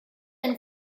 and